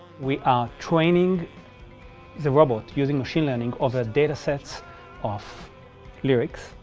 we are training the robot using machine learning of a datasets of lyrics.